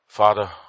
Father